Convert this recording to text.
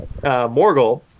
Morgul